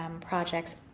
projects